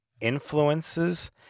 influences